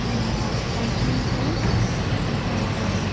మన వంటింట్లో